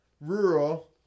Rural